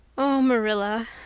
oh, marilla,